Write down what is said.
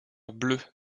bleue